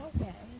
Okay